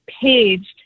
paged